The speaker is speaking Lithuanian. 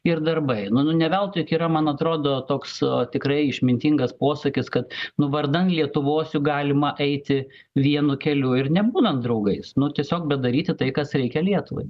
ir darbai nu nu ne veltui tai yra man atrodo toks tikrai išmintingas posakis kad nu vardan lietuvos juk galima eiti vienu keliu ir nebūnant draugais nu tiesiog bet daryti tai kas reikia lietuvai